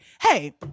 hey